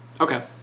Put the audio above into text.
Okay